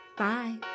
Bye